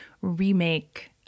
remake